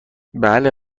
بله